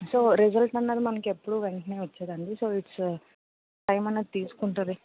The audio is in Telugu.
సో రిసల్ట్ అన్నది మనకి ఎప్పుడు వెంటనే వచ్చేయదండి సో ఇట్స్ టైం అన్నది తీసుకుంటుంది